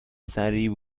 سریع